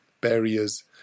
barriers